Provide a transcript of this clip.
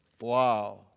Wow